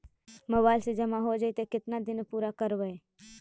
Mobile से जामा हो जैतय, केतना दिन में पुरा करबैय?